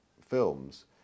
films